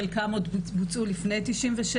חלקם בוצעו לפני 97',